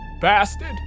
bastard